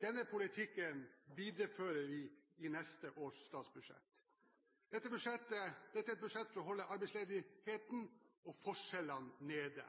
Denne politikken viderefører vi i neste års statsbudsjett. Dette er et budsjett for å holde arbeidsledigheten og forskjellene nede.